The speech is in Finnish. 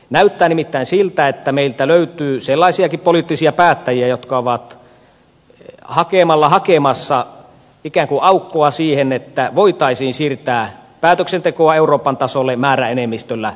näyttää nimittäin siltä että meiltä löytyy sellaisiakin poliittisia päättäjiä jotka ovat hakemalla hakemassa ikään kuin aukkoa siihen että voitaisiin siirtää päätöksentekoa euroopan tasolle määräenemmistöllä tehtäväksi